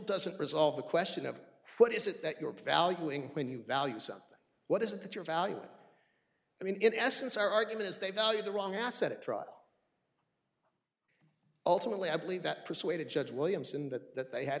doesn't resolve the question of what is it that you are valuing when you value something what is it that you're value and i mean in essence our argument is they value the wrong asset it ultimately i believe that persuaded judge williams in that that they had